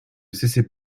cessait